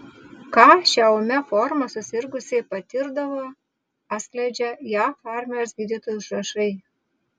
ką šia ūmia forma susirgusieji patirdavo atskleidžia jav armijos gydytojų užrašai